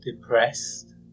depressed